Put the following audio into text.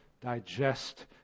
digest